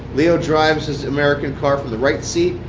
leo drives his american car from the right seat.